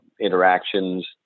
interactions